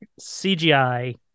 CGI